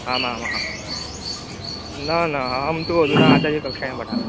आमामां न न अहं तु अधुना आचार्यकक्षायां पठामि